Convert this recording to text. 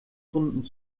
runden